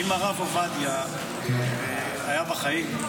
אם הרב עובדיה היה בחיים,